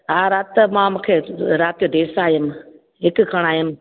हा राति मां मूंखे राति जो देरि सां आई हुयमि हिकु खणु आयमि